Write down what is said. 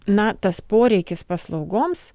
na tas poreikis paslaugoms